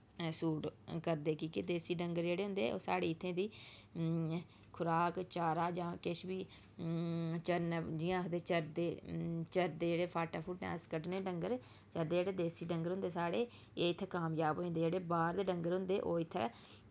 suit करदे कि के देसी डंगर जेह्ड़े होंदे ओह् साढ़ी इत्थें दी खराक चारा जां किश बी चरने जियां आखदे चरदे चरदे जेह्ड़े फाट्टैं फूट्टै अस कड्डने डंगर चरदे जेह्ड़े देसी डंगर होंदे साढ़े एह् इत्थें कामज़ाब होई जंदे जेह्ड़े बाह्र दे डंगर होंदे ओह् इत्थें